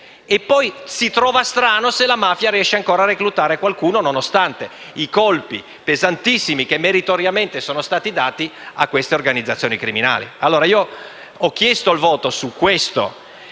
E poi si trova strano il fatto che la mafia riesca ancora a reclutare qualcuno, nonostante i colpi, pesantissimi, che meritoriamente sono stati dati a queste organizzazioni criminali.